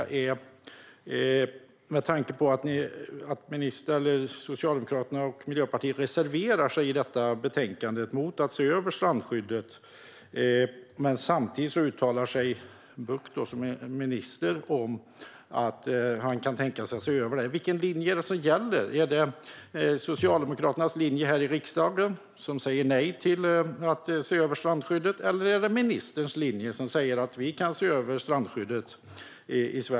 Hur långt har detta kommit? Socialdemokraterna och Miljöpartiet i detta betänkande reserverar sig mot att se över strandskyddet. Samtidigt uttalar sig Bucht, som är minister, om att han kan tänka sig att se över det. Vilken linje är det som gäller? Är det Socialdemokraternas linje här i riksdagen, som säger nej till att se över strandskyddet, eller är det ministerns linje, som säger att vi kan se över strandskyddet i Sverige?